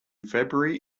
february